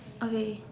okay